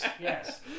yes